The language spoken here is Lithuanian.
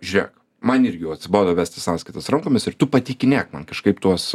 žiūrėk man irgi jau atsibodo vesti sąskaitas rankomis ir tu patikinėk man kažkaip tuos